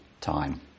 time